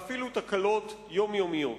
ואפילו תקלות יומיומיות.